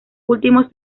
últimos